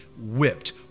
whipped